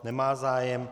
Nemá zájem.